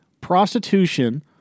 prostitution